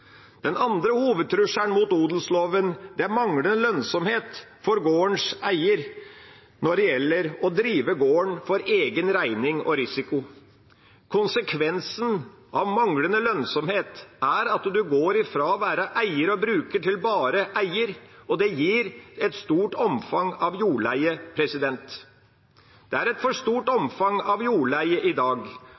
Den andre hovedtrusselen mot odelsloven er manglende lønnsomhet for gårdens eier når det gjelder å drive gården for egen regning og risiko. Konsekvensen av manglende lønnsomhet er at man går fra å være eier og bruker til bare å være eier, og det gir et stort omfang av jordleie. Det er et for stort omfang av jordleie i dag,